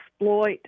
exploit